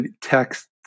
text